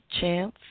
chance